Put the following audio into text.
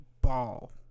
ball